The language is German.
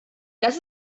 das